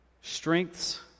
strengths